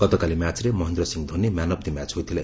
ଗତକାଲି ମ୍ୟାଚ୍ରେ Mahendra Singh Dhoni man of the match ହୋଇଥିଲେ